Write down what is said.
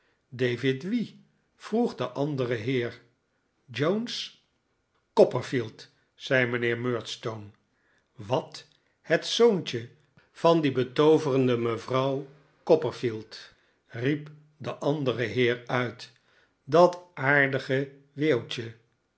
david wie vroeg de andere heer jones copperfield zei mijnheer murdstone wat het zoontje van die betooverende mevrouw copperfield riep de andere heer uit dat aardige